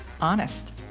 honest